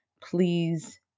please